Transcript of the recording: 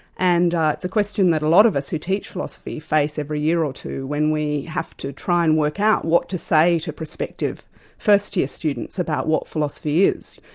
and it's a question that a lot of us who teach philosophy face every year or two, when we have to try and work out what to say to prospective first year students about what philosophy is.